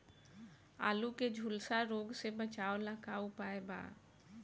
आलू के झुलसा रोग से बचाव ला का उपाय बा?